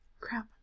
Crap